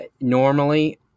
normally